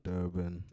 Durban